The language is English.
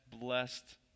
blessed